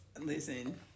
Listen